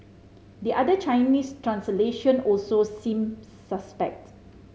the other Chinese translation also seems suspect